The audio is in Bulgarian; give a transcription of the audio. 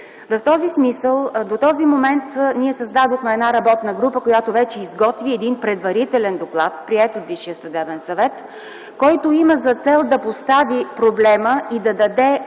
В този смисъл, до този момент ние създадохме работна група, която вече изготви един предварителен доклад, приет от Висшия съдебен съвет, който има за цел да постави проблема и да даде